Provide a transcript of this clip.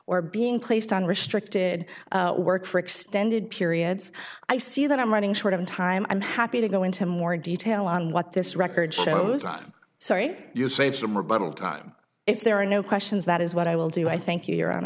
or being placed on restricted work for extended periods i see that i'm running short of time i'm happy to go into more detail on what this record shows i'm sorry you say some rebuttal time if there are no questions that is what i will do i thank you your hon